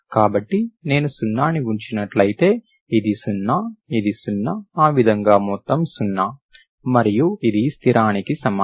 కాబట్టి నేను 0 ని ఉంచినట్లయితే ఇది 0 ఇది 0 ఆ విధముగా మొత్తం సున్నా మరియు ఇది స్థిరానికి సమానం అవుతుంది